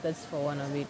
that's for one of it